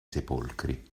sepolcri